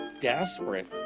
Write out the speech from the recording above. desperate